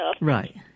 Right